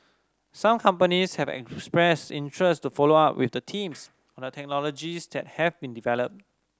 some companies have expressed interest to follow up with the teams on the technologies that have been developed